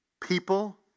People